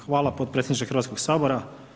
Hvala potpredsjedniče Hrvatskog sabora.